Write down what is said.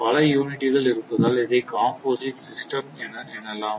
பல யூனிட்டுகள் இருப்பதால் இதை காம்போசிட் சிஸ்டம் எனலாம்